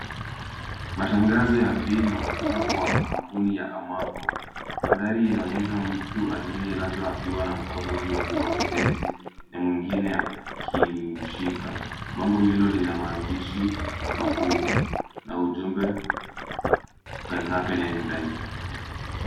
Matangazo ya bima kutoka kwa kampuni ya Amako, madhari inaonyesha mtu aliyelazwa akiwa na mkono uliofungwa bendechi na mwingine akimshika. Bango hilo linamaanisha makuu, na ujumbe Can happen anytime.